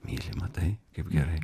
myli matai kaip gerai